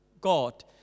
God